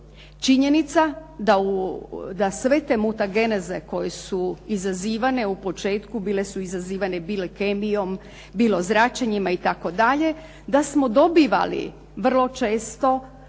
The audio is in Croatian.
Činjenica da sve te mutageneze koje su izazivane u početku bile su izazivane bilo kemijom, bilo zračenjima itd. da smo dobivali vrlo često određene